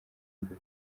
birori